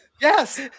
Yes